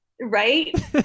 Right